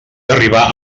arribar